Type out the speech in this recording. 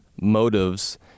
motives